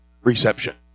reception